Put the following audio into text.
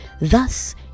Thus